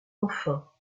enfin